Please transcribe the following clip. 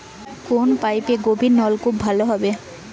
কোন পাইপে গভিরনলকুপ ভালো হবে?